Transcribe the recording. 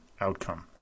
outcome